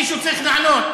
מישהו צריך לענות.